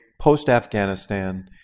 post-afghanistan